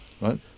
right